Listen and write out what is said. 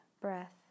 breath